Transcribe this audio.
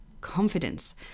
confidence